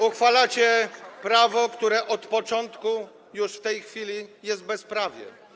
Uchwalacie prawo, które od początku, już w tej chwili, jest bezprawiem.